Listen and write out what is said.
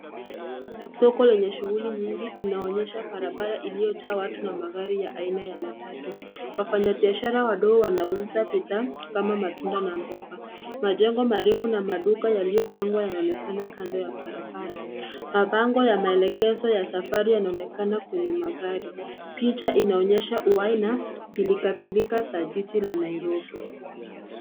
Soko lenye shughuli nyingi linaonyesha barabara ilio jaa watu na magari ya aina ya matatu. Wafanya biashara wadogp wanauza bidhaa kama matunda na mboga. Majengo marefu na maduka yalio pangwa yanaonekana kando ya barabara. Mabango ya maelekezo ya safari yanaonekana kwenye magari. Picha inaonyesha uhai na pilka pilka za jiji la Nairobi.